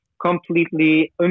completely